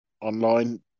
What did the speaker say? online